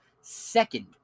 Second